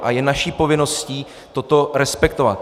A je naší povinností toto respektovat.